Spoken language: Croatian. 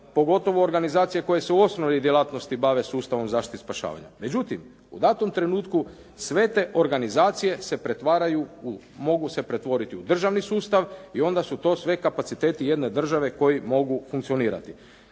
pogotovo organizacije koje se u osnovnoj djelatnosti bave sustavom zaštite i spašavanja. Međutim, u datom trenutku sve te organizacije se pretvaraju, mogu se pretvoriti u državni sustav i onda su to sve kapaciteti jedne države koji mogu funkcionirati.